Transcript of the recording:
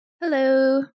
Hello